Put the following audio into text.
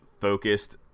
focused